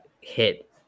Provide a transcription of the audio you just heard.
hit